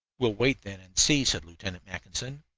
we'll wait, then, and see, said lieutenant mackinson.